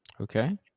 Okay